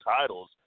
titles